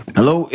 Hello